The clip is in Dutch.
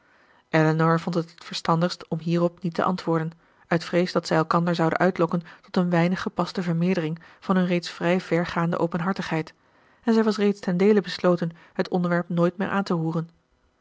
elinor vond het t verstandigst om hierop niet te antwoorden uit vrees dat zij elkander zouden uitlokken tot een weinig gepaste vermeerdering van hun reeds vrij ver gaande openhartigheid en zij was reeds ten deele besloten het onderwerp nooit meer aan te roeren